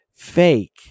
fake